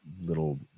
little